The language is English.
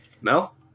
Mel